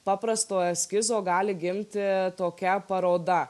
paprasto eskizo gali gimti tokia paroda